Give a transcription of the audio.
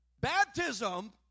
baptism